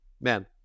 man